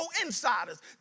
insiders